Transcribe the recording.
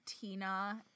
Tina